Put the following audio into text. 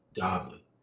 godly